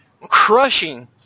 crushing